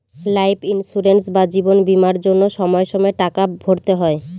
life insurance বা জীবন বীমার জন্য সময়ে সময়ে টাকা ভরতে হয়